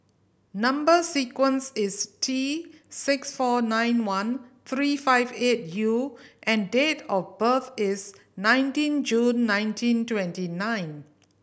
number sequence is T six four nine one three five eight U and date of birth is nineteen June nineteen twenty nine